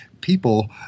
people